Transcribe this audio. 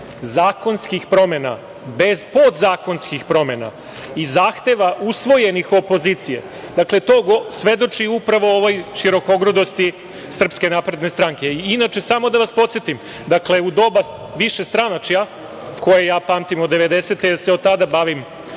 zakonskih promena bez podzakonskih promena i zahteva usvojenih opozicije, dakle, to svedoči upravo ovoj širokogrudosti SNS.Inače, samo da vas podsetim, u doba višestranačja, koje ja pamtim od 1990. godine, jer se od tada bavim